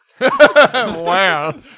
Wow